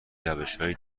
روشهای